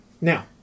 Now